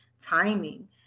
timing